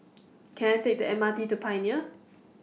Can I Take The M R T to Pioneer